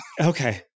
Okay